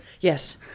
Yes